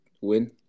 Win